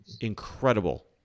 incredible